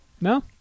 No